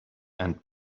and